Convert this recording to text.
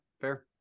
Fair